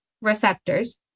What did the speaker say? receptors